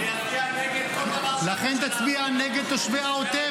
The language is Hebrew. אני אצביע נגד כל דבר שהממשלה הזאת --- לכן תצביע נגד תושבי העוטף?